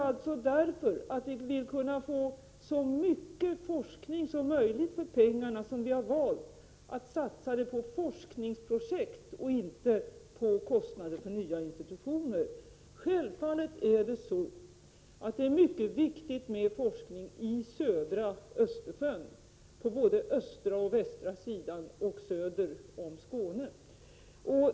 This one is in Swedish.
Eftersom det är viktigt att få så mycket forskning som möjligt för pengarna, har vi i regeringen valt att satsa dem på forskningsprojekt och inte på nya institutioner. Självfallet är det mycket viktigt med forskning i södra Östersjön, på både östra och västra sidan och söder om Skåne.